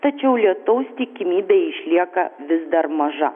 tačiau lietaus tikimybė išlieka vis dar maža